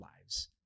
lives